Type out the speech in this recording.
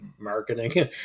marketing